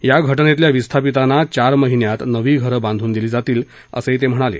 या घटनेतील विस्थापितांना चार महिन्यात नवी घरं बांधून दिली जातील असं ते म्हणाले